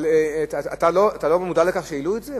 אבל אתה לא מודע לכך שהעלו את זה?